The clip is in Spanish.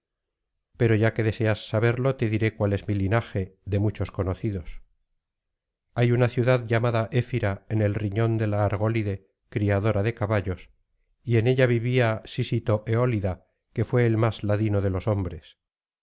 pero ya que deseas saberlo te diré cuál es mi linaje de muchos conocido hay una ciudad llamada efira en el riñon de la argólide criadora de caballos y en ella vivía sísiio eólida que fué el más ladino de los hombres